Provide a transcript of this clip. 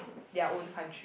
their own country